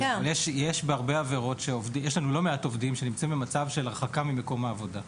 יש לנו לא מעט עובדים שנמצאים במצב של הרחקה ממקום העבודה.